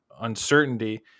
uncertainty